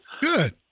Good